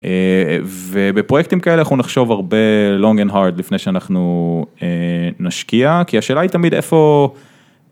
ובפרויקטים כאלה אנחנו נחשוב הרבה long and hard לפני שאנחנו נשקיע כי השאלה היא תמיד איפה.